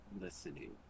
listening